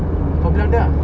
kau bilang dia ah